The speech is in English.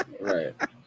Right